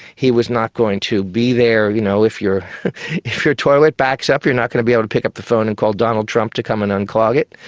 he was not going to be there, you know, if your if your toilet backs up you're not going to be able to pick up the phone and call donald trump to come and unclog it.